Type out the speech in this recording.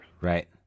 Right